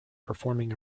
performing